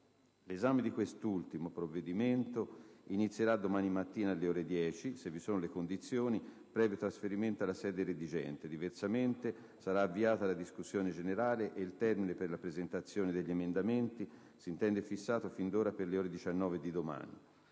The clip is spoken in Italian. L’esame di quest’ultimo provvedimento iniziera domani mattina, alle ore 10, se vi sono le condizioni, previo trasferimento alla sede redigente. Diversamente, saraavviata la discussione generale e il termine per la presentazione degli emendamenti si intende fissato fin d’ora per le ore 19 di domani.